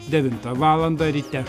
devintą valandą ryte